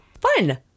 Fun